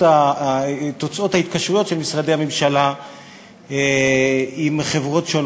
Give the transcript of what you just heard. הוצאות ההתקשרויות של משרדי הממשלה עם חברות שונות.